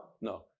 No